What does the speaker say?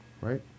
right